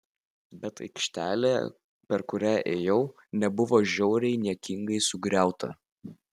bet aikštelė per kurią ėjau nebuvo žiauriai niekingai sugriauta